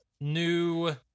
new